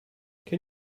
can